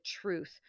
truth